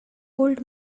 old